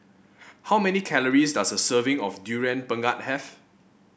how many calories does a serving of Durian Pengat have